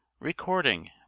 Recording